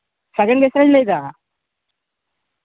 ᱥᱟᱜᱮᱱ ᱵᱮᱥᱨᱟᱧ ᱞᱟᱹᱭᱫᱟ